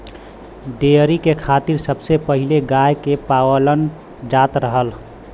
dairy के खातिर सबसे पहिले गाय के पालल जात रहल